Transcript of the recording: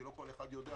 כי לא כל אחד יודע,